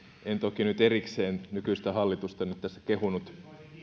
en toki nyt erikseen nykyistä hallitusta tässä kehunut